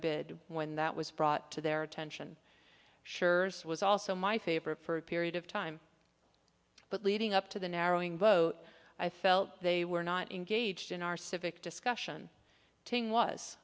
bid when that was brought to their attention sure's was also my favorite for a period of time but leading up to the narrowing vote i felt they were not engaged in our civic discussion thing was